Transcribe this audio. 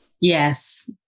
Yes